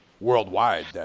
worldwide